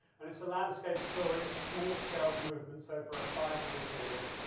and it's a landscape story of small scale movements over a five-year period,